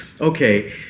okay